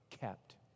kept